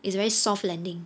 it's very soft landing